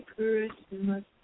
Christmas